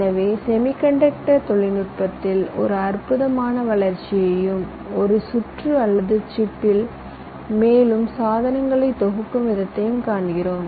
எனவே செமிகண்டக்டர் தொழில்நுட்பத்தில் ஒரு அற்புதமான வளர்ச்சியையும் ஒரு சுற்று அல்லது சிப்பில் மேலும் சாதனங்களை தொகுக்கும் விதத்தையும் காண்கிறோம்